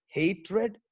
hatred